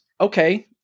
okay